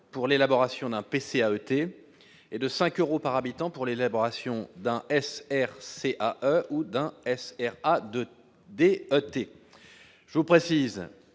pour l'élaboration d'un PC à T. et de 5 euros par habitant pour l'élaboration d'un S R C A ou d'un S. R. A. de B. T. je vous précise